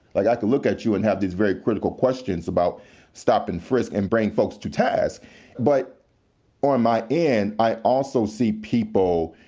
like i can look at you and have these very critical questions about stop and frisk and bring folks to task but on my end i also see people,